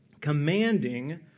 commanding